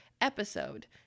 episode